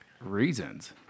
reasons